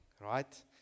right